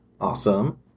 awesome